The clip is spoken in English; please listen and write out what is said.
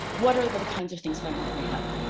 what are the kinds of things that i want them to have